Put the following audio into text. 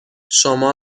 شما